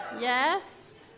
Yes